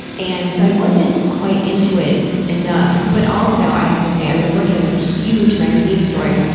and so i wasn't quite into it enough, but also i have to say i was working on this huge magazine story.